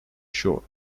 short